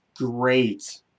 great